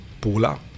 Pula